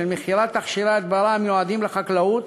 מכירת תכשירי הדברה המיועדים לחקלאות,